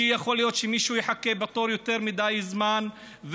יכול להיות שמישהו יחכה בתור יותר מדי זמן,